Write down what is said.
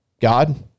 God